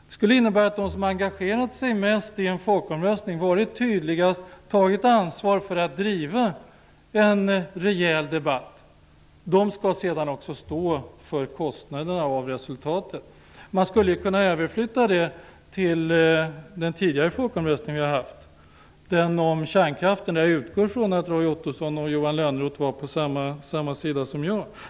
Det skulle innebära att de som engagerat sig mest i en folkomröstning, varit tydligast och tagit ansvar för att driva en rejäl debatt sedan skall stå för kostnaderna av resultatet. Man skulle kunna flytta över det till en tidigare folkomröstning som vi haft, nämligen den om kärnkraften. Där utgår jag ifrån att Roy Ottosson och Johan Lönnroth var på samma sida som jag.